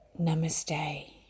Namaste